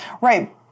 Right